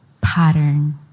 pattern